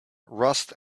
rust